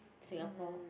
Singapore